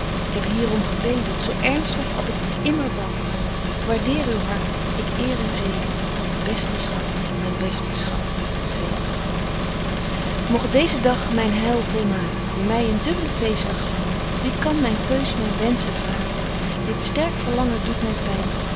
k heb hier om gebeden zo ernstig als ik immer bad k waardeer uw hart ik eer uw zeden myn beste schat myn beste schat tweemaal mogt deeze dag myn heil volmaken voor my een dubble feestdag zyn wie kan myn keus myn wenschen wraken dit sterk verlangen doet my pyn